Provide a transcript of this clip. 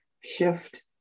shift